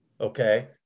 Okay